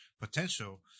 potential